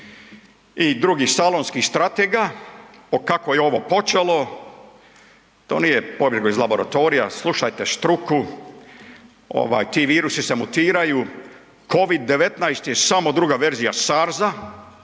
i drugih salonskih stratega o kako je ovo počelo, to nije pobjeglo iz laboratorija, slušajte struku, ti virusi se mutiraju, COVID-19 je samo druga verzija SARS-a,